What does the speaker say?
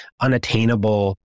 unattainable